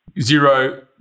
zero